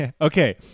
Okay